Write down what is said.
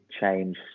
change